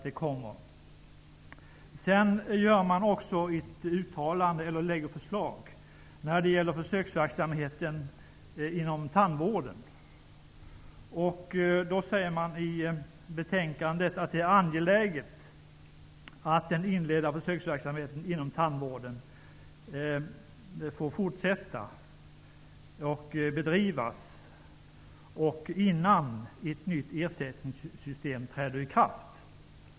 Det läggs också fram ett förslag om försöksverksamheten inom tandvården. I betänkandet sägs det att regeringen anser att det är angeläget att den inledda försöksverksamheten inom tandvården får fortsätta att bedrivas innan ett nytt ersättningssystem träder i kraft.